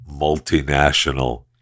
multinational